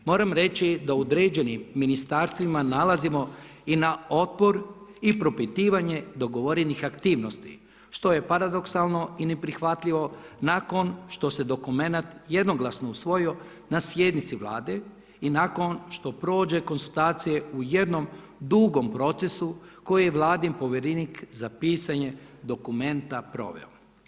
Moram reći da u određenim ministarstvima nailazimo i na otpor i propitivanje dogovorenih aktivnosti, što je paradoksalno i neprihvatljivo nakon što se dokument jednoglasno usvojio na sjednici Vlade i nakon što prođe konzultacije u jednom dugom procesu koji je Vladin povjerenik za pisanje dokumenta proveo.